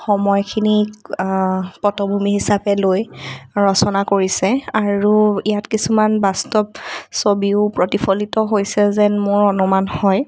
সময়খিনিক পটভূমি হিচাপে লৈ ৰচনা কৰিছে আৰু ইয়াত কিছুমান বাস্তৱ ছবিও প্ৰতিফলিত হৈছে যেন মোৰ অনুমান হয়